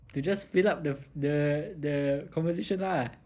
to just fill up the the the conversation lah